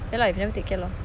ya lah if never take care lor